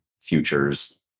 futures